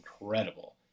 incredible